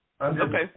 Okay